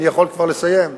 אני יכול כבר לסיים?